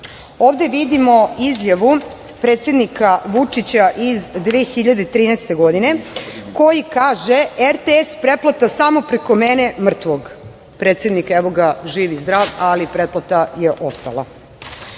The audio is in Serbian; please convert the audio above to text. vidimo izjavu predsednika Vučića iz 2013. godine, koji kaže – RTS pretplata samo preko mene mrtvog. Predsednik, evo ga živ i zdrav, ali pretplata je ostala. Nešto